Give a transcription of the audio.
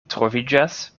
troviĝas